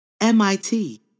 MIT